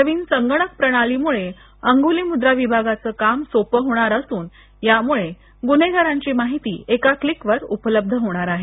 नवीन संगणक प्रणालीमुळे अंगुली मुद्रा विभागाचे काम सोपे होणार असून यामुले गुन्हेगारांची माहिती एका क्लिकवर उपलब्ध होणार आहे